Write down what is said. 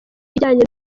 ijyanye